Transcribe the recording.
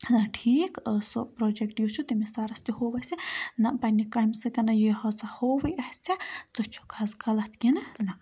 ٹھیٖک سُہ پروجَکٹ یُس چھُ تٔمِس سَرَس تہِ ہوو اَسہِ نہ پنٛنہِ کامہِ سۭتۍ نہٕ یہِ ہسا ہووے اَسہِ ہا ژٕ چھُکھ حظ غلط کِنہٕ نہ